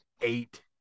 eight